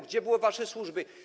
Gdzie były wasze służby?